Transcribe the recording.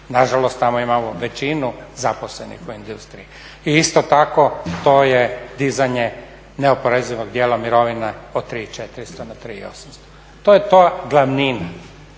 Nažalost tamo imamo većinu zaposlenih u industriji i isto tako to je dizanje neoporezivog dijela mirovina od 3400 na 3800. To je ta glavnina,